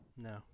No